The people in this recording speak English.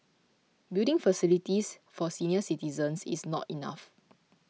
building facilities for senior citizens is not enough